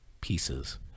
pieces